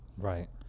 right